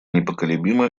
непоколебима